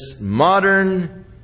modern